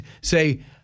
say